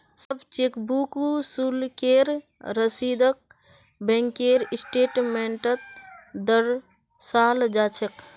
सब चेकबुक शुल्केर रसीदक बैंकेर स्टेटमेन्टत दर्शाल जा छेक